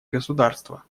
государства